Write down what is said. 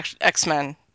X-Men